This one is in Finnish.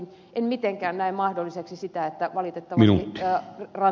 en mitenkään näe mahdolliseksi sitä valitettavasti ed